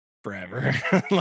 Forever